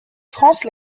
france